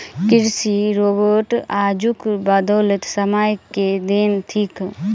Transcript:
कृषि रोबोट आजुक बदलैत समय के देन थीक